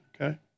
Okay